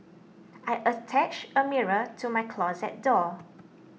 I attached a mirror to my closet door